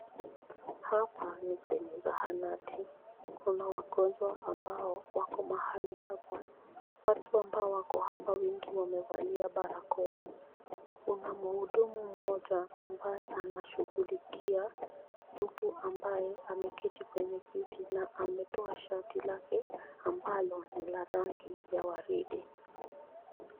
Hapa ni kwenye sahanati. Kuna wagonjwa ambao wako mahali hapa. Watu ambao wako hapa wengi wamevalia barakoa. Kuna mhundumu mmoja ambaye anashughulikia mtu ambaye ameketi kwenye kiti na ametoa shati lake amabalo lina rangi ya waridi.